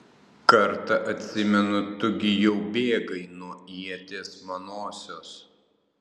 kartą atsimenu tu gi jau bėgai nuo ieties manosios